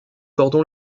cordon